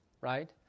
Right